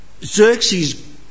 Xerxes